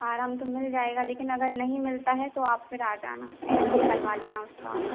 आराम तो मिल जाएगा लेकिन अगर नहीं मिलता है तो आप फिर आ जाना एक्सरे करवा लेना उसका आप